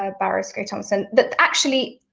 ah baroness grey-thompson, that actually,